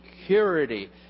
security